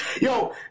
Yo